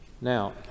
Now